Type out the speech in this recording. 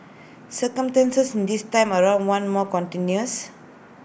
circumstances this time around are more contentious